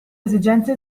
esigenze